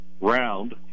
round